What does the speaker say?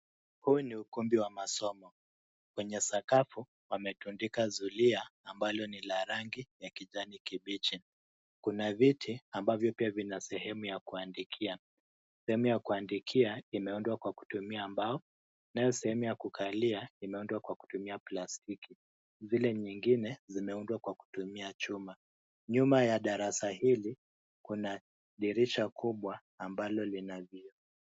Huu ni ukumbi wa masomo. Kwenye sakafu wametundika zulia ambalo ni la rangi ya kijani kibichi. Kuna viti ambavyo pia vina sehemu ya kuandikia. Sehemu ya kuandikia imeundwa kwa kutumia mbao nayo sehemu ya kukalia imeundwa kwa kutumia plastiki. Vile nyingine zimeundwa kwa kutumia chuma. Nyuma ya darasa hili kuna dirisha kubwa ambalo lina vioo.